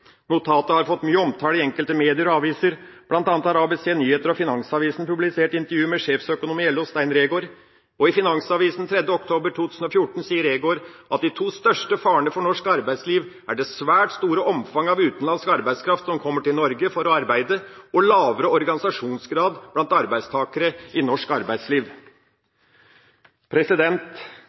Notatet har fått mye omtale i enkelte medier og aviser, bl.a. har ABC Nyheter og Finansavisen publisert intervju med sjeføkonom i LO, Stein Reegård. I Finansavisen 3. oktober 2014 sa Reegård at de to største farene for norsk arbeidsliv er det svært store omfanget av utenlandsk arbeidskraft som kommer til Norge for å arbeide, og lavere organisasjonsgrad blant arbeidstakere i norsk arbeidsliv.